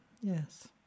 Yes